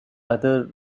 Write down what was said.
other